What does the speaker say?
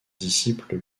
disciple